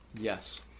Yes